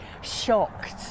shocked